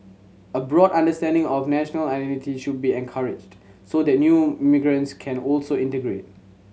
a broad understanding of national identity should be encouraged so that new migrants can also integrate